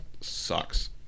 sucks